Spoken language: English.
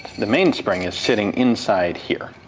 the mainspring is sitting inside here,